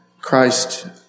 Christ